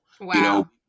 Wow